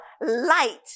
light